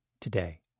today